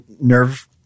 nerve